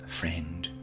friend